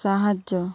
সাহায্য